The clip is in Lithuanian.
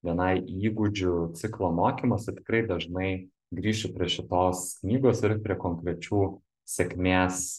bni įgūdžių ciklo mokymuose tikrai dažnai grįšiu prie šitos knygos ir prie konkrečių sėkmės